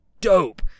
dope